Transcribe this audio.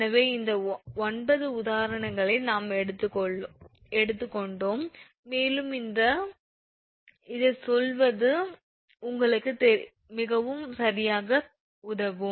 எனவே இந்த 9 உதாரணங்களை நாங்கள் எடுத்துக்கொண்டோம் மேலும் நீங்கள் இதைச் சொல்வது உங்களுக்கு மிகவும் சரியாக உதவும்